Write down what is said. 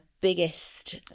biggest